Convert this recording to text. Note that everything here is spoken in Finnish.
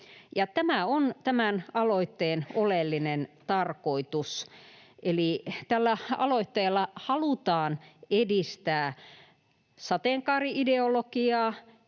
Tämä on tämän aloitteen oleellinen tarkoitus. Eli tällä aloitteella halutaan edistää sateenkaari-ideologiaa,